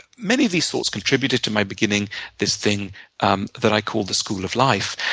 many of these thoughts contributed to my beginning this thing um that i call the school of life.